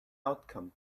outcome